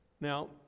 Now